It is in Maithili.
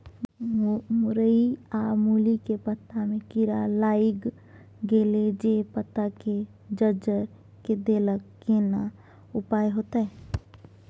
मूरई आ मूली के पत्ता में कीरा लाईग गेल जे पत्ता के जर्जर के देलक केना उपाय होतय?